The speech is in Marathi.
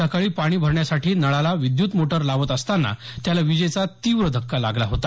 सकाळी पाणी भरण्यासाठी नळाला विद्यत मोटर लावत असतांना त्याला विजेचा तीवर धक्का लागला होता